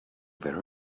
very